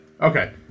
Okay